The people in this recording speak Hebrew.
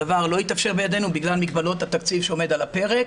הדבר לא עלה בידנו בגלל מגבלות התקציב שעל הפרק.